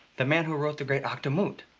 the man who wrote the great akdamut.